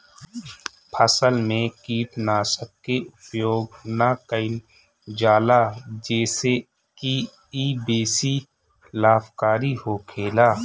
फसल में कीटनाशक के उपयोग ना कईल जाला जेसे की इ बेसी लाभकारी होखेला